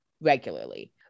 regularly